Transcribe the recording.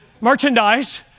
Merchandise